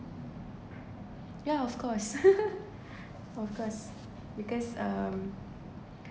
yeah of course of course because um